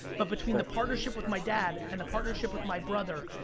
but between the partnership with my dad and the partnership with my brother,